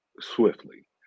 swiftly